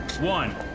one